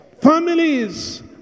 Families